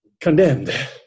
condemned